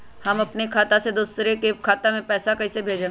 हम अपने खाता से दोसर के खाता में पैसा कइसे भेजबै?